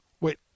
Wait